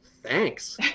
thanks